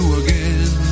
again